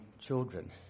children